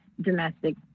domestic